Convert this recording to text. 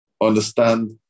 understand